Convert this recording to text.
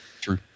True